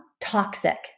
toxic